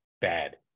bad